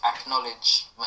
acknowledgement